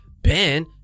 Ben